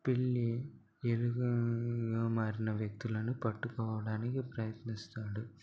పిల్లి ఎలుకగా మారిన వ్యక్తులని పట్టుకోవడానికి ప్రయత్నిస్తాడు